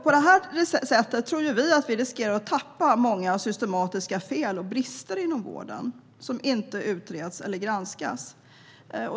På det här sättet tror vi att vi riskerar att missa många systematiska fel och brister inom vården som inte utreds eller granskas.